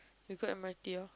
we go Admiralty lor